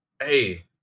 hey